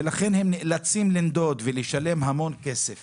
ולכן הם נאלצים לנדוד ולשלם המון כסף